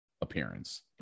appearance